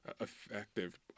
effective